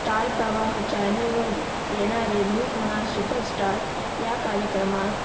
star Pravah चॅनलवर येणारे मी होणार सुपरस्टार या कार्यक्रमात